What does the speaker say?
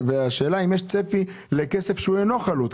השאלה היא האם יש צפי לכסף שאינו חלוט?